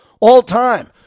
all-time